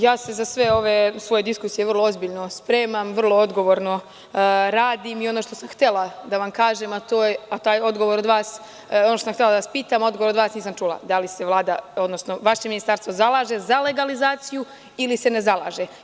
Ja se za sve ove svoje diskusije vrlo ozbiljno spremam, vrlo odgovorno radim i ono što sam htela da vam kažem, da vas pitam, taj odgovor od vas nisam čula – da li se Vlada, odnosno vaše ministarstvo zalaže za legalizaciju, ili se ne zalaže?